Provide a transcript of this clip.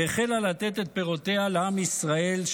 והחלה לתת את פירותיה לעם ישראל,